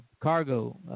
cargo